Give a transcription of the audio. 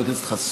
חבר הכנסת חסון,